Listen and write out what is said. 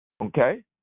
Okay